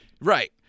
Right